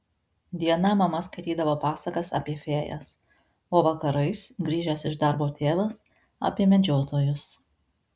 dieną mama skaitydavo pasakas apie fėjas o vakarais grįžęs iš darbo tėvas apie medžiotojus